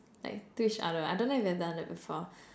like to each other I don't know if you have done that before